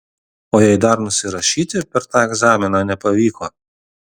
o jei dar nusirašyti per tą egzaminą nepavyko